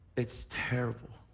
it's terrible.